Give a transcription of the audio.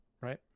Right